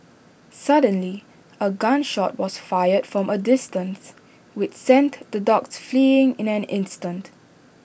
suddenly A gun shot was fired from A distance which sent the dogs fleeing in an instant